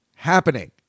happening